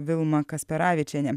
vilma kasperavičienė